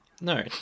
no